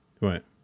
Right